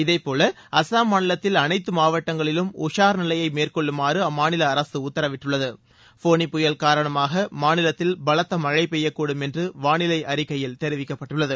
இதேபோல அசாம் மாநிலத்தில் அனைத்து மாவட்டங்களிலும் உஷார் நிலையை மேற்கொள்ளுமாறு அம்மாநில அரசு உத்தரவிட்டுள்ளது போனி புயல் காரணமாக மாநிலத்தில் பலத்த மழை பெய்யக்கூடும் என்று வானிலை அறிக்கையில் தெரிவிக்கப்பட்டுள்ளது